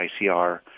ICR